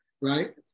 right